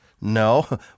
No